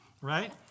right